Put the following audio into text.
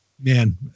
man